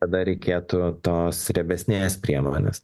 tada reikėtų tos riebesnės priemonės